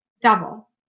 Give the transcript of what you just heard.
double